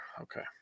Okay